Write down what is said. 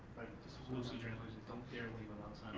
loosely translated, don't dare leave